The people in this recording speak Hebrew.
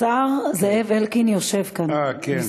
השר זאב אלקין יושב כאן, אה, כן.